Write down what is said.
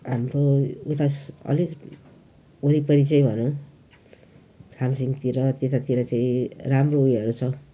हाम्रो यता अलिक वरिपरि चाहिँ भनौँ सामसिङ भनौँ त्यतातिर चाहिँ राम्रो उयोहरू छ